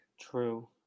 True